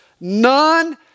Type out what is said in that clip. none